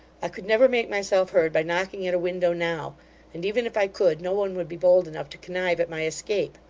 i could never make myself heard by knocking at a window now and even if i could, no one would be bold enough to connive at my escape.